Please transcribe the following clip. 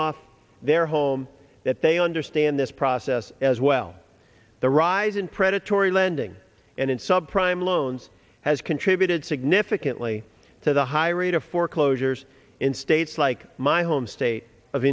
off their home that they understand this process as well the rise in predatory lending and in sub prime loans has contributed significantly to the high rate of foreclosures in states like my home state of